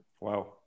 Wow